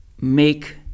make